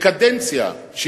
בקדנציה מלאה,